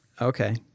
okay